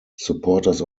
supporters